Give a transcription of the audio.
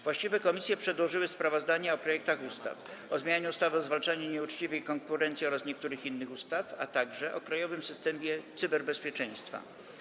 Właściwe komisje przedłożyły sprawozdania o projektach ustaw: - o zmianie ustawy o zwalczaniu nieuczciwej konkurencji oraz niektórych innych ustaw, - o krajowym systemie cyberbezpieczeństwa.